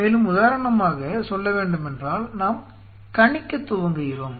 மேலும் உதாரணமாக சொல்ல வேண்டுமென்றால் நாம் கணிக்கத் துவங்குகிறோம்